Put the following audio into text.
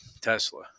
Tesla